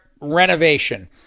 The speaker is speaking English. renovation